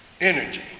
energy